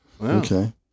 Okay